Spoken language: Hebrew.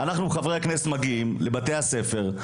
אנחנו צריכים כחברי כנסת להגיע לבתי ספר,